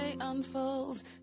unfolds